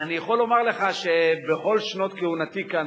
אני יכול לומר לך שבכל שנות כהונתי כאן,